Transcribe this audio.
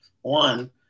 One –